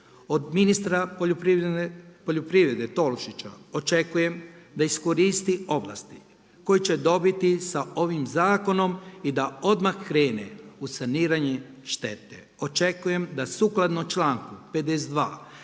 Od ministra poljoprivrede Tolušića očekujem da iskoristi ovlasti koje će dobiti sa ovim zakonom i da odmah krene u saniranje štete. Očekujem da sukladno članku 52.